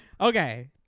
Okay